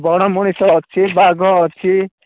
ବଣ ମଣିଷ ଅଛି ବାଘ ଅଛି